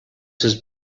his